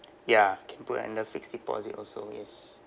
ya can put under fixed deposit also yes